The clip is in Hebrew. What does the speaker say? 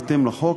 בהתאם לחוק,